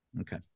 okay